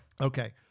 Okay